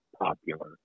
popular